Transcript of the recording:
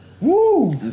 Woo